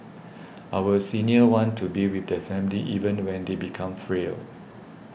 our seniors want to be with their family even when they become frail